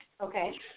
Okay